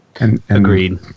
Agreed